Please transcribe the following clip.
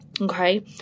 Okay